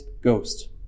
Ghost